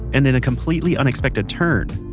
and in a completely unexpected turn,